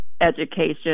education